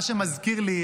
מה שמזכיר לי,